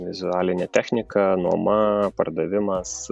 vizualinė technika nuoma pardavimas